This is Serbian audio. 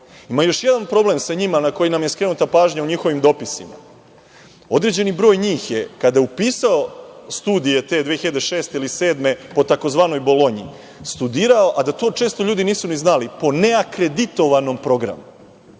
još jedan problem sa njima na kojima je skrenuta pažnja u njihovim dopisima. Određeni broj njih je kada je upisao studije te 2006. ili 2007. godine po tzv. Bolonji studirao, a da to često ljudi nisu ni znali, po neakreditovanom programu